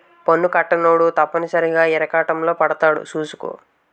పన్ను కట్టనోడు తప్పనిసరిగా ఇరకాటంలో పడతాడు సూసుకో